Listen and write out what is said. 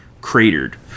cratered